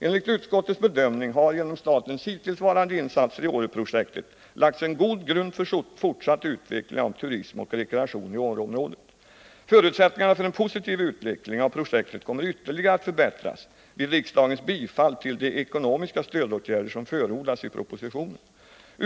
Enligt utskottets bedömning har genom statens hittillsvarande insatser i Åreprojektet lagts en god grund för fortsatt utveckling av turism och rekreation i Åreområdet. Förutsättningarna för en positiv utveckling av projektet kommer ytterligare att förbättras vid riksdagens bifall till de ekonomiska stödåtgärder som förordas i propositionen.